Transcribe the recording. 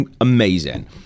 amazing